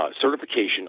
certification